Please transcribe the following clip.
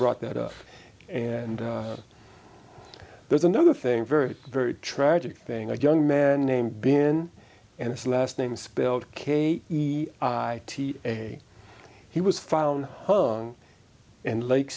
brought that up and there's another thing very very tragic thing a young man named bin and his last name spelled kate he t a he was found hung and lake